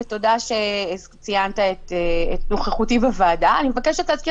ותודה שציינת את נוכחותי בוועדה אני מבקשת להזכיר